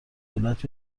دولت